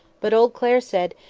but old clare said,